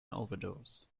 overdose